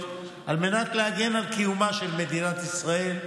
כדי להגן על קיומה של מדינת ישראל,